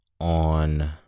on